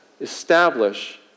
establish